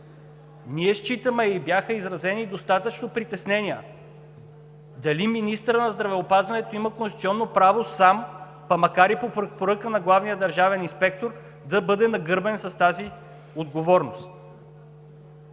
Ние считаме и бяха изразени достатъчно притеснения дали министърът на здравеопазването има конституционно право сам, па макар и по препоръка на главния държавен инспектор, да бъде нагърбен с тази отговорност.